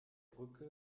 brücke